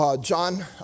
John